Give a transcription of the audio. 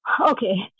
Okay